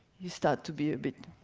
you start to be a bit,